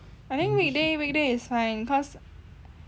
I think weekday weekday is fine cause